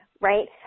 right